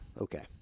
okay